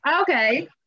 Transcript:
Okay